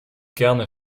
gerne